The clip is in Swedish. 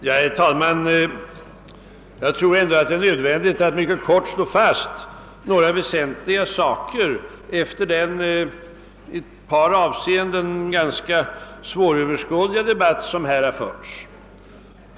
Herr talman! Efter den i en del avseenden ganska svåröverskådliga debatt som här förts tror jag det är nödvändigt att mycket kort slå fast några väsentliga ting.